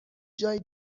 جایی